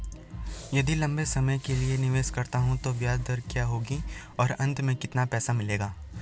यदि लंबे समय के लिए निवेश करता हूँ तो ब्याज दर क्या होगी और अंत में कितना पैसा मिलेगा?